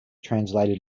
translated